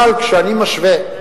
אבל כשאני משווה,